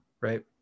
right